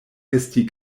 esti